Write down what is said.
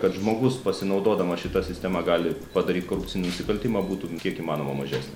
kad žmogus pasinaudodamas šita sistema gali padaryt korupcinį nusikaltimą būtų kiek įmanoma mažesnis